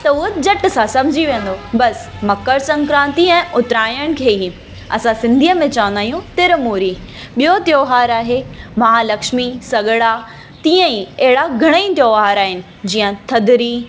त उहो झटि सां सम्झी वेंदो बसि मकर संक्रांति ऐं उतरायण खे ही असां सिंधीअ में चवंदा आहियूं तिरमूरी ॿियो त्योहारु आहे महालक्ष्मी सॻिड़ा तीअं ई अहिड़ा घणेई त्योहार आहिनि जीअं थधिड़ी